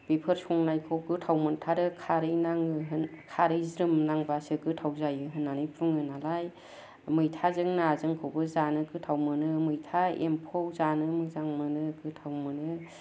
बेफोर संनायखौ गोथाव मोनथारो खारदै नां खारै ज्रोम नांबासो गोथाव जायो होन्नानै बुङो नालाय मैथाजों नाजोंखौबो जानो गोथाव मोनो मैथा एम्फौ जानो मोजां मोनो गोथाव मोनो